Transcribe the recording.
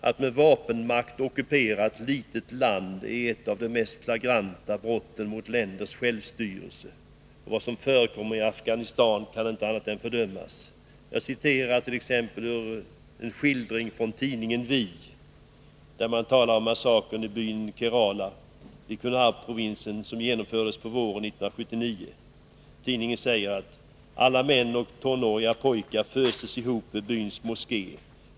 Att med vapenmakt ockupera ett litet land är ett av de mest flagranta brotten mot länders självstyre, och det som förekommer i Afghanistan kan inte annat än fördömas. Jag citerar en skildring från tidningen Vi, där man talar om massakern som genomfördes på våren 1979 i byn Kerala i Kunarprovinsen. Tidningen skriver: ”Alla män och tonåriga pojkar föstes ihop vid byns moské.